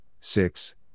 six